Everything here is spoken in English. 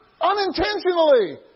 unintentionally